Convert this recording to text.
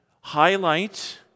highlight